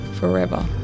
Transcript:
Forever